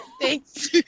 Thanks